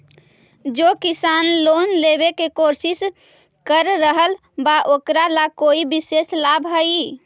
जे किसान लोन लेवे के कोशिश कर रहल बा ओकरा ला कोई विशेष लाभ हई?